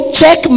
check